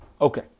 Okay